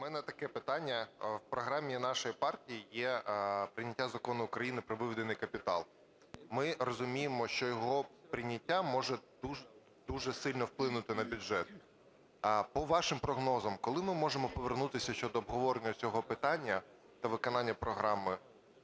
В мене таке питання. У програмі нашої партії є прийняття Закону України про виведений капітал. Ми розуміємо, що його прийняття може дуже сильно вплинути на бюджет. По вашим прогнозам, коли ми можемо повернутися щодо обговорення цього питання та виконання програми